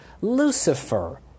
Lucifer